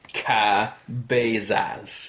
cabezas